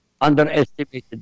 underestimated